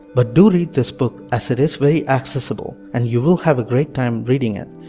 but do read this book, as it is very accesible, and you will have a great time reading it.